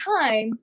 time